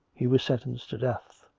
he was sentenced to death.